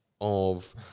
of-